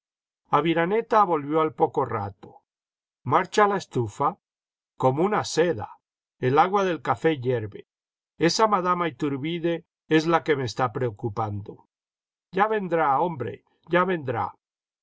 aviraneta volvió al poco rato marcha la estufa como una seda el agua del café hierve esa madama ithurbide es la que me está preocupando ya vendrá hombre ya vendrá